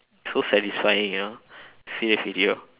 so satisfying ah see the video